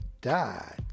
died